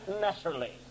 naturally